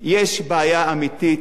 יש בעיה אמיתית